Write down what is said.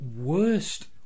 worst